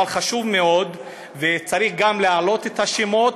אבל חשוב מאוד וצריך גם להעלות את השמות